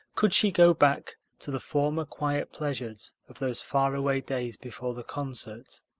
could she go back to the former quiet pleasures of those faraway days before the concert?